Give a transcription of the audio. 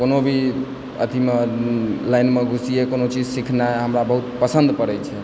कोनो भी अथिमे लाइनमे घुसियै कोनो चीज सिखनाइ हमरा बहुत पसन्द पड़ैत छै